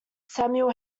samuel